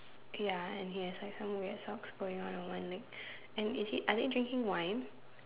okay ya and he has like some weird socks going on on one leg and is he are they drinking wine